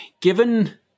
Given